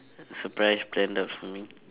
surprise planned out for me